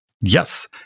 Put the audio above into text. yes